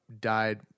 died